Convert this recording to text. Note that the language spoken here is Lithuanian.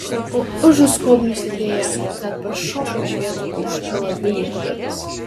o užu skobnių sėdėję net pašoko iš vietų už kalavijų griebėsi